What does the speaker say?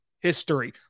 history